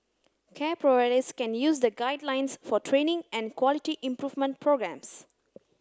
care providers can use the guidelines for training and quality improvement programmes